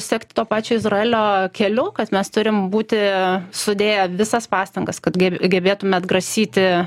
sekti to pačio izraelio keliu kad mes turim būti sudėję visas pastangas kad gebėtume atgrasyti